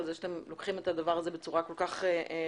על זה שאתם לוקחים את הדבר הזה בצורה כל כך רצינית,